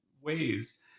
ways